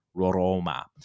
Roma